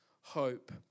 hope